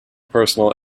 personal